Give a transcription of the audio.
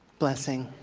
blessing.